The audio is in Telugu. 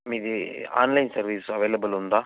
మిది ఆన్లైన్ సర్వీస్ అవైలబుల్ ఉందా